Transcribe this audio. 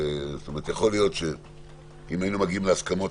יכול להיות שאם היינו מגיעים להסכמות,